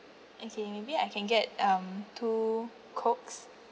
okay maybe I can get um two cokes